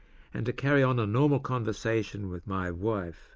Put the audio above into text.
and to carry on a normal conversation with my wife,